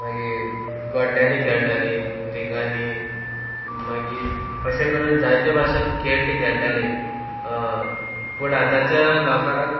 मागी गोड्ड्यांनी खेळटाली रिंगांनी मागीर अशें करून जायते भाशेन खेळ ती खेळटाली पूण आतांच्या लोकांक